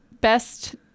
best